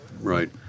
right